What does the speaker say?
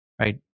right